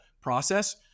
process